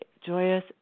joyous